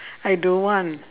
I don't want